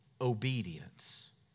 obedience